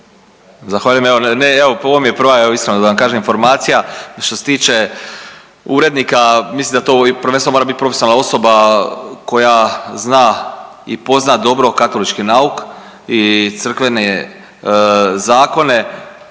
zahvaljujem. Ne ovo mi je prvo iskreno da vam kažem informacija. Što se tiče urednika mislim da to prvenstveno mora biti profesionalna osoba koja zna i pozna dobro katolički nauk i crkvene zakone,